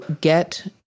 get